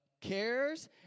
cares